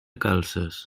calces